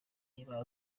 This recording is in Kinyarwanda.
niba